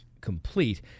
complete